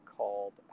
called